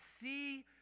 see